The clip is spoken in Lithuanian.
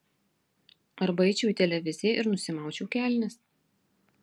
arba eičiau į televiziją ir nusimaučiau kelnes